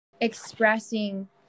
expressing